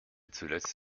zuletzt